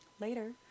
Later